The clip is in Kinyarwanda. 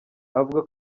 avuga